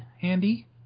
handy